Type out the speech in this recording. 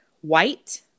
white